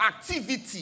activity